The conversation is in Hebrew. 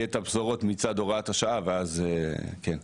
יהיה את הבשורות מצד הוראת השעה ואז כן.